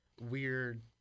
weird